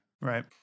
Right